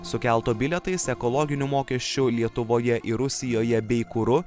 su kelto bilietais ekologiniu mokesčiu lietuvoje ir rusijoje bei kuru